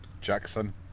Jackson